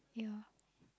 yeah